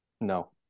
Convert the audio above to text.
no